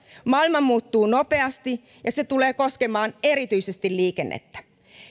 maailma muuttuu nopeasti ja se tulee koskemaan erityisesti liikennettä